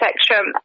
spectrum